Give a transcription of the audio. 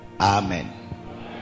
Amen